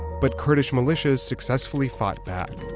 but kurdish militias successfully fought back.